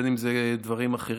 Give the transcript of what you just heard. בין אם זה דברים אחרים.